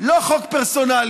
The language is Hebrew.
לא חוק פרסונלי,